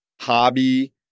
hobby